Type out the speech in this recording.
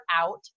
out